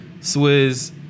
Swizz